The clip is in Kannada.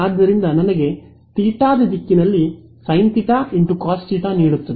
ಆದ್ದರಿಂದ ನನಗೆ ತೀಟಾದ ದಿಕ್ಕಿನಲ್ಲಿ sine theta x cos theta ನೀಡುತ್ತದೆ